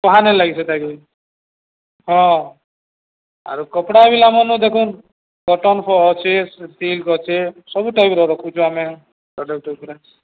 କହାନେ ଲାଗି ସେଟାକି ହଁ ଆରୁ କପଡ଼ା ବିଲ ଆମରନୁ ଦେଖୁନ୍ କଟନ୍ ଅଛେ ସିଲକ୍ ଅଛେ ସବୁ ଟାଇପ୍ର ରଖୁଚୁ ଆମେ ପ୍ରଡ଼କ୍ଟ ଉପରେ